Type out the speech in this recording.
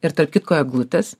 ir tarp kitko eglutės